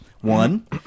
One